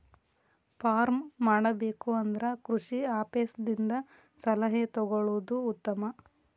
farm ಮಾಡಬೇಕು ಅಂದ್ರ ಕೃಷಿ ಆಪೇಸ್ ದಿಂದ ಸಲಹೆ ತೊಗೊಳುದು ಉತ್ತಮ